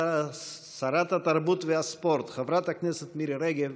שרת התרבות והספורט חברת הכנסת מירי רגב,